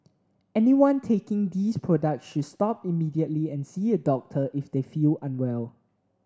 anyone taking these products should stop immediately and see a doctor if they feel unwell